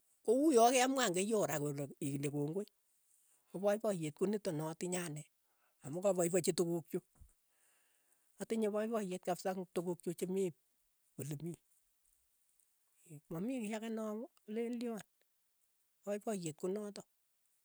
Ko uyo ke mwaa eng keiyo kora ile kongoi, kopaipaiyeet konitok ne atinye anee. amu kapaipachi tukuk chuu, atinye poipoyeet kapisa eng' tukuk chuu che mii ole mii, ma mii kiy ake ne a leen lyoon, paipayeet konotok.